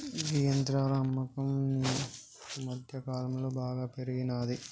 గీ యంత్రాల అమ్మకం గీ మధ్యకాలంలో బాగా పెరిగినాది